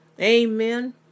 Amen